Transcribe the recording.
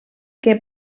què